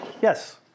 Yes